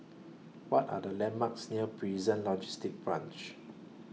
What Are The landmarks near Prison Logistic Branch